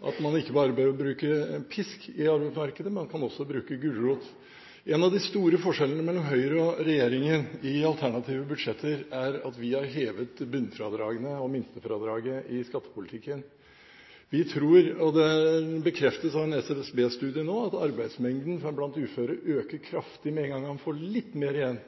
Man behøver ikke bare å bruke pisk i arbeidsmarkedet, man kan også bruke gulrot. En av de store forskjellene mellom regjeringen og Høyre i alternative budsjetter er at vi har hevet bunnfradragene og minstefradraget i skattepolitikken. Vi tror, og det bekreftes av en SSB-studie nå, at arbeidsmengden blant uføre øker kraftig med én gang man får litt mer igjen.